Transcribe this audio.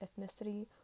ethnicity